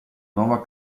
nuova